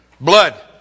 Blood